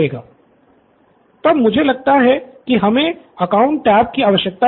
student Nithin तब मुझे लगता है की हमे अकाउंट टैब की आवश्यकता नहीं है